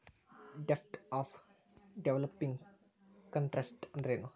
ಡೆಬ್ಟ್ of developing countries ಅಂದ್ರೇನು?